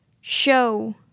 show